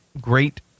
great